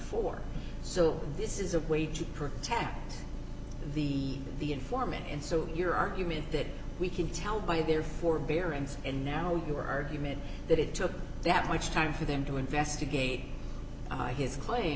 four so this is a way to protect the the informant and so your argument that we could tell by their forbearance and now we were argument that it took that much time for them to investigate his claim